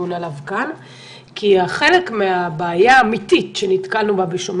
כי חלק מן הבעיה האמיתית שנתקלנו בה בשומר